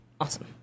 Awesome